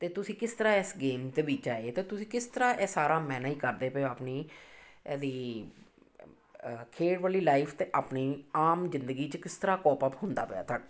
ਅਤੇ ਤੁਸੀਂ ਕਿਸ ਤਰ੍ਹਾਂ ਇਸ ਗੇਮ ਦੇ ਵਿੱਚ ਆਏ ਅਤੇ ਤੁਸੀਂ ਕਿਸ ਤਰ੍ਹਾਂ ਇਹ ਸਾਰਾ ਮੈਨੇਜ ਕਰਦੇ ਪਏ ਹੋ ਆਪਣੀ ਇਹਦੀ ਖੇਡ ਵਾਲੀ ਲਾਈਫ ਅਤੇ ਆਪਣੀ ਆਮ ਜ਼ਿੰਦਗੀ 'ਚ ਕਿਸ ਤਰ੍ਹਾਂ ਪੋਪਅਪ ਹੁੰਦਾ ਪਿਆ ਤੁਹਾਡਾ